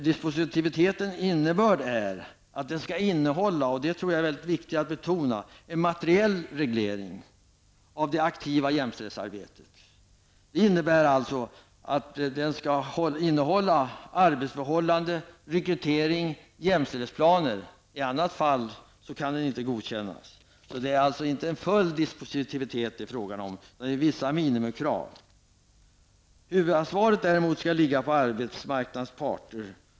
Dispositiviteten skall innebära -- och det tror jag är mycket viktigt att betona -- en materiell reglering av det aktiva jämställdhetsarbetet. Det gäller arbetsförhållande, rekrytering och jämställdhetsplan. I annat fall kan den inte godkännas. Det är inte fråga om en full dispositivitet. Det gäller vissa minimikrav. Huvudansvaret skall däremot ligga på arbetsmarknadens parter.